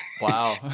Wow